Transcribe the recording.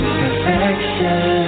perfection